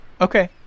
Okay